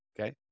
Okay